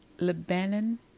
Lebanon